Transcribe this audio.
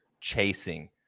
chasing